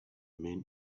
men